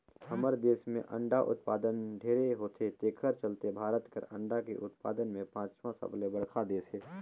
हमर देस में अंडा उत्पादन ढेरे होथे तेखर चलते भारत हर अंडा के उत्पादन में पांचवा सबले बड़खा देस हे